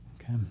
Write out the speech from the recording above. Okay